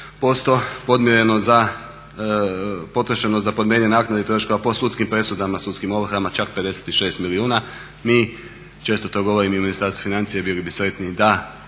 za, potrošeno za podmirenje naknade i troškova po sudskim presudama, sudskim ovrhama čak 56 milijuna. Mi, često to govorim i u Ministarstvu financija bili bi sretni da